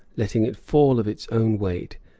letting it fall of its own weight,